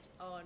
on